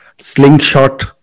Slingshot